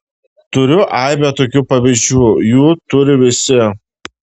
turiu aibę tokių pavyzdžių jų turi visi